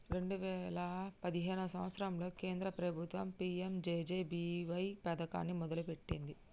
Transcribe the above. రెండే వేయిల పదిహేను సంవత్సరంలో కేంద్ర ప్రభుత్వం పీ.యం.జే.జే.బీ.వై పథకాన్ని మొదలుపెట్టింది